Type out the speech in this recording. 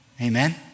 Amen